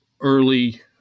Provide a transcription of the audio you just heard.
early